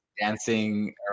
dancing